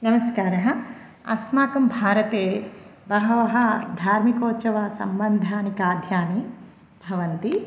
नमस्कारः अस्माकं भारते बहवः धार्मिकोत्सवसम्बन्धानि खाद्यानि भवन्ति